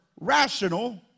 rational